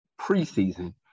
preseason